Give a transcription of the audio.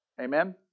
Amen